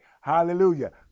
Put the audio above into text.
hallelujah